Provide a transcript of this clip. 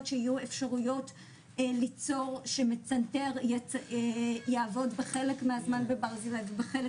שיהיו אפשרויות ליצור שמצנתר יעבוד בחלק מהזמן בברזילי ובחלק